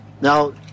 Now